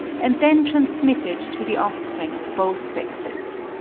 and then transmitted to the offspring of both sexes.